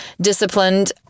disciplined